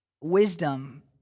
wisdom